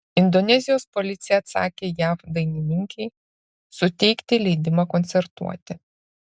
indonezijos policija atsakė jav dainininkei suteikti leidimą koncertuoti